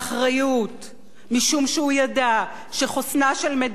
משום שהוא ידע שחוסנה של מדינה אינו נובע